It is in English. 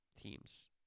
teams